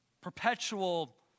perpetual